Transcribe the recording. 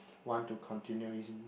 want to continue isn't